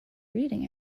reading